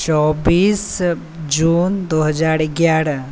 चौबीस जून दू हजार एगारह